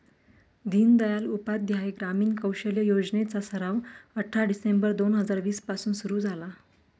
दीनदयाल उपाध्याय ग्रामीण कौशल्य योजने चा सराव अठरा डिसेंबर दोन हजार वीस पासून सुरू झाला